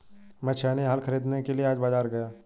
मैं छेनी हल खरीदने के लिए आज बाजार गया